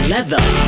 Leather